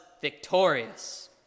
victorious